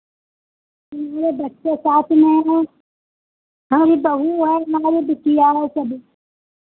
पूरे बच्चे साथ में हैं हम बहू है हमारी बिटिया है सभी